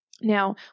Now